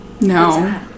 No